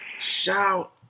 Shout